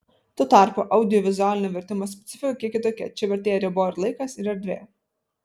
tuo tarpu audiovizualinio vertimo specifika kiek kitokia čia vertėją riboja ir laikas ir erdvė